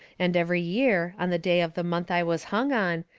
and every year, on the day of the month i was hung on,